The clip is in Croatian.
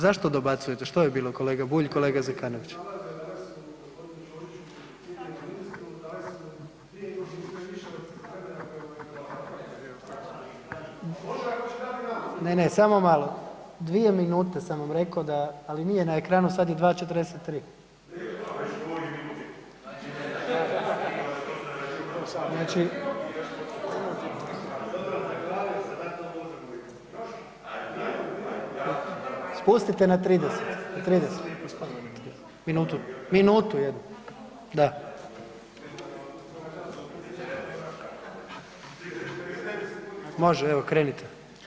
Zašto dobacujete, što je bilo kolega Bulj i kolega Zekanović? … [[Upadica iz klupe se ne čuje]] Ne, ne samo malo, dvije minute sam vam rekao da, ali nije na ekranu, sad je 2:43 … [[Upadica iz klupe se ne čuje]] Znači, spustite na 30, 30, minutu, minutu jednu, da, može evo krenite.